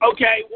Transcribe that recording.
Okay